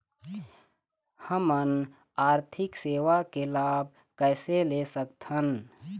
हमन आरथिक सेवा के लाभ कैसे ले सकथन?